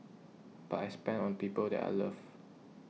but I spend on people that I love